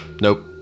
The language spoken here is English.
Nope